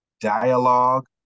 dialogue